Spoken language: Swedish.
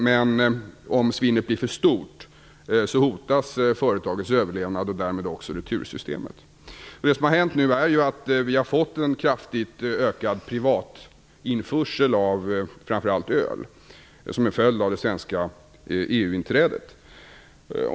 Men om svinnet blir för stort hotas företagets överlevnad och därmed också retursystemet. Det som har hänt är ju att vi har fått en kraftigt ökad privatinförsel av framför allt öl, som en följd av det svenska EU-inträdet.